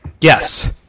Yes